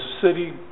city